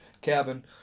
cabin